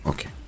Okay